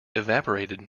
evaporated